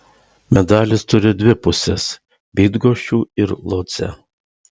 medalis turi dvi pusės bydgoščių ir lodzę